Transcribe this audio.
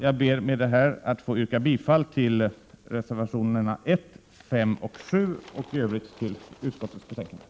Jag ber att med detta få yrka bifall till reservationerna 1, 5 och 7 och i övrigt till utskottets hemställan.